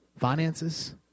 finances